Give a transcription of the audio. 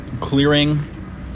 clearing